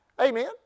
Amen